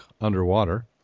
underwater